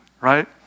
right